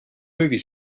movie